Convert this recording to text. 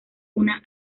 una